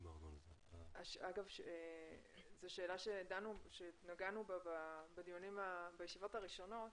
זו שאלה שנגענו בה בישיבות הראשונות.